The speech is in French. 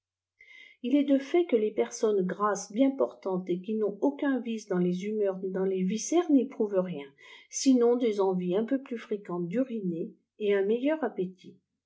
il est de fait que les persionnes grasses bien portantes et qui n'ont aucun vice dans les humeurs ni dans les viscères n'éprouvent rien sinon des envies un peu plus fréquentes d'uriner et un meilleur appétit